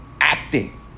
acting